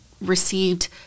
received